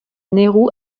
nehru